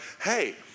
hey